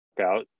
out